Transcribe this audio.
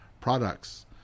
products